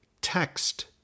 text